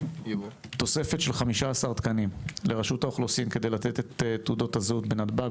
תוספת של 15 תקנים לרשות האוכלוסין כדי לתת את תעודות הזהות בנתב"ג.